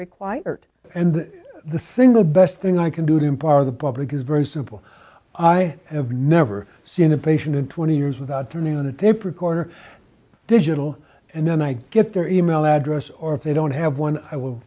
required and the single best thing i can do to empower the public is very simple i have never seen a patient in twenty years without turning on the tape recorder digital and then i get their e mail address or if they don't have one i will